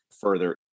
further